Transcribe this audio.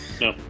No